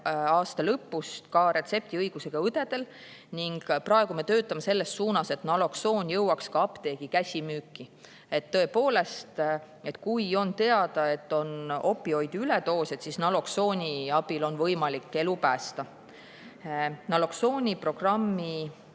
aasta lõpust ka retseptiõigusega õdedel. Praegu me töötame selles suunas, et naloksoon jõuaks ka apteegi käsimüüki. Et tõepoolest, kui on teada, et on opioidi üledoos, siis naloksooni abil on võimalik elu päästa. Naloksooniprogrammi